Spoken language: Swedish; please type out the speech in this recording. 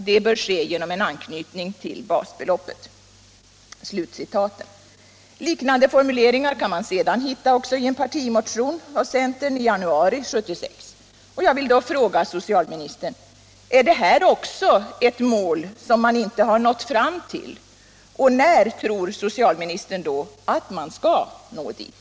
Det bör ske genom en anknytning till basbeloppet.” Liknande formuleringar hittar man i partimotion från centern i januari 1976. Jag vill fråga socialministern: Är detta också ett mål som man inte nått fram till, och när tror socialministern att man skall nå dit?